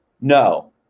No